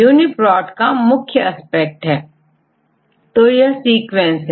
इस तरह यूनीपोर्ट ना केवल डाटा सीक्वेंस बल्कि प्रोटीन से संबंधित सारी जानकारी उपलब्ध कराता है